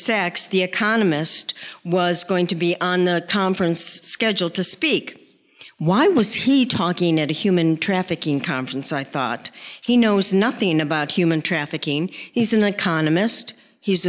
sachs the economist was going to be on the conference schedule to speak why was he talking at a human trafficking conference i thought he knows nothing about human trafficking he's an economist he's